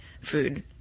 food